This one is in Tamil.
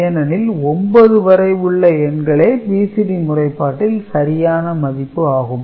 ஏனெனில் 9 வரை உள்ள எண்களே BCD முறைப்பாட்டில் சரியான மதிப்பு ஆகும்